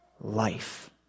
life